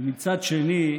ומצד שני,